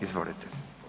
Izvolite.